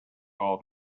all